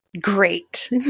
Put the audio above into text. Great